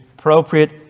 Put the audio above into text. Appropriate